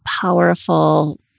powerful